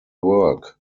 work